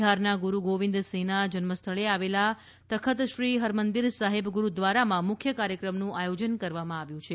બિહારના ગુરૂ ગોવિંદ સિંહના જન્મસ્થળે આવેલા તખત શ્રી હરમંદીર સાહિબ ગુરૂદ્વારામાં મુખ્ય કાર્યક્રમનું આયોજન કરવામાં આવ્યું છે